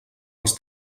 els